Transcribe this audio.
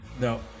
No